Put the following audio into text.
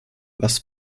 was